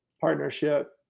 partnership